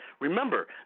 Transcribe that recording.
Remember